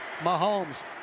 Mahomes